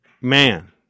man